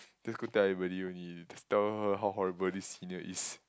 just go tell everybody only just tell her how horrible this senior is